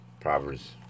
Proverbs